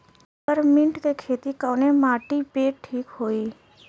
Peppermint के खेती कवने माटी पे ठीक होई?